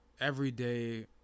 everyday